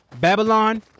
Babylon